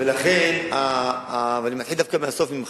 ואני מתחיל דווקא מהסוף, ממך.